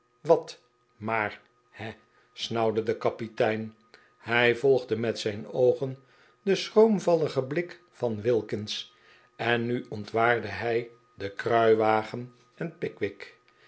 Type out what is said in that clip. wat maar he snauwde de kapitein hij volgde met zijn oogen den schroomvalligen blik van wilkins en nu ontwaarde hij den kruiwagen en pickwick